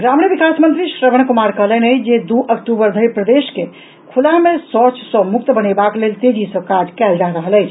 ग्रामीण विकास मंत्री श्रवण कुमार कहलनि अछि जे दू अक्टूबर धरि प्रदेश केँ खुला मे शौच सॅ मुक्त बनेबाक लेल तेजी सॅ काज कयल जा रहल अछि